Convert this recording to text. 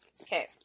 Okay